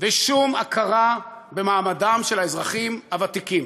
ושום הכרה במעמדם של האזרחים הוותיקים.